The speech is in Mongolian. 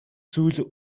зүйл